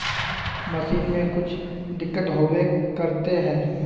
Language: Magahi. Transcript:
मशीन में कुछ दिक्कत होबे करते है?